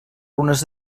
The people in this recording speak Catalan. runes